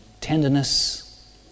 Tenderness